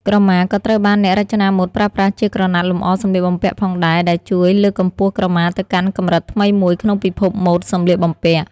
ក្រមាក៏ត្រូវបានអ្នករចនាម៉ូដប្រើប្រាស់ ជាក្រណាត់លម្អសម្លៀកបំពាក់ផងដែរ ដែលជួយលើកកម្ពស់ក្រមាទៅកាន់កម្រិតថ្មីមួយក្នុងពិភពម៉ូដសម្លៀកបំពាក់។